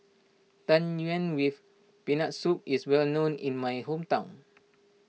Tang Yuen with Peanut Soup is well known in my hometown